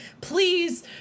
Please